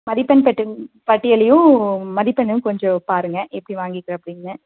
மதிப்பெண் பெற்றுங் பட்டியலையும் மதிப்பெண்ணும் கொஞ்சம் பாருங்க எப்படி வாங்கிருக்கறாப்பிடின்னு